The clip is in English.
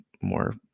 more